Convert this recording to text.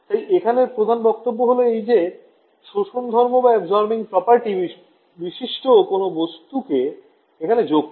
তাই এখানের প্রধান বক্তব্য হল এই যে শোষণ ধর্ম বিশিষ্ট কোন বস্তু কে এখানে যোগ করা